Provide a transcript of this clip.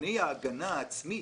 במבחני ההגנה העצמית